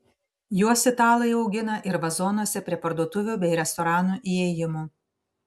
juos italai augina ir vazonuose prie parduotuvių bei restoranų įėjimų